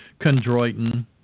chondroitin